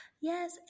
Yes